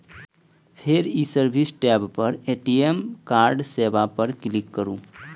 फेर ई service tab पर ए.टी.एम कार्ड सेवा पर क्लिक करू